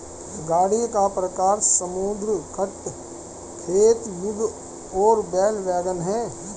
गाड़ी का प्रकार समुद्र तट, खेत, युद्ध और बैल वैगन है